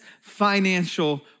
financial